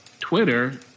Twitter